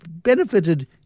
benefited